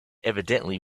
evidently